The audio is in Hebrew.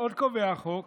עוד קובע החוק